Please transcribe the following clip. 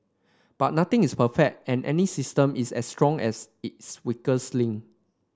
but nothing is perfect and any system is as strong as its weakest link